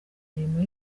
mirimo